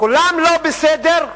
כולם לא בסדר,